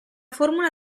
formula